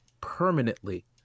permanently